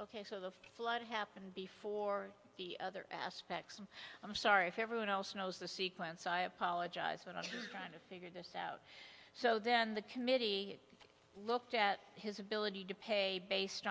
ok so the flood happened before the other aspects and i'm sorry if everyone else knows the sequence i apologize but i'm trying to figure this out so then the committee looked at his ability to pay based